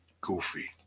Goofy